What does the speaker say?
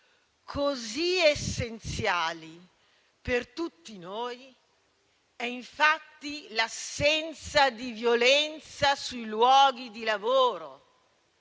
così essenziali per tutti noi è infatti l'assenza di violenza sui luoghi di lavoro